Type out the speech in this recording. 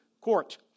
court